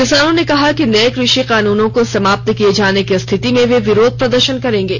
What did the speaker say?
किसानों ने कहा कि नये कृषि कानूनों को समाप्त किए जाने की स्थिति में वे विरोध प्रदर्शन करेंगे